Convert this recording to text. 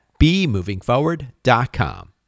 bemovingforward.com